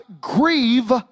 grieve